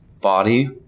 body